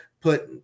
put